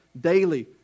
daily